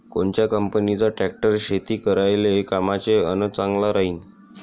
कोनच्या कंपनीचा ट्रॅक्टर शेती करायले कामाचे अन चांगला राहीनं?